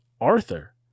Arthur